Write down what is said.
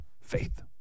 faith